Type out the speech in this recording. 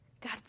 God